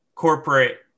corporate